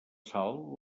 salt